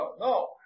No